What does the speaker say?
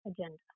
agenda